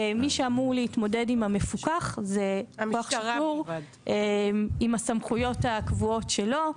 ומי שאמור להתמודד עם המפוקח זה כוח שיטור עם הסמכויות הקבועות שלו.